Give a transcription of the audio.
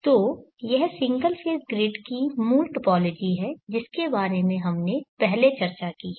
तो यह single phase grid की मूल टोपोलॉजी है जिसके बारे में हमने पहले चर्चा की है